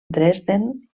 dresden